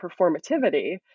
performativity